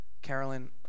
Carolyn